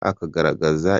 akagaragaza